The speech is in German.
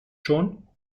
schon